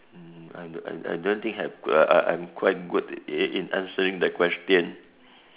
hmm I I I don't think have uh I I'm quite good in answering the question